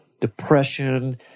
depression